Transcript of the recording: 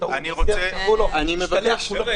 ההוא --- ואמרו: תשתלח --- חבר'ה,